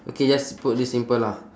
okay just put this simple ah